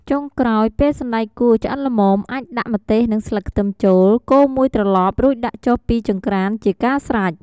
ចុងក្រោយ ពេលសណ្ដែកគួរឆ្អិនល្មម អាចដាក់ម្ទេសនិងស្លឹកខ្ទឹមចូល កូរមួយត្រឡប់ រួចដាក់ចុះពីចង្ក្រានជាការស្រេច។